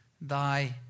thy